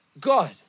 God